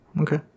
Okay